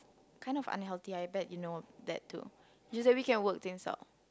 kind of unhealthy I bet you know of that too just that we can work things out